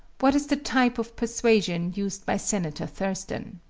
what is the type of persuasion used by senator thurston